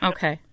Okay